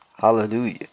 Hallelujah